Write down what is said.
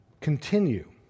continue